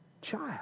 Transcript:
child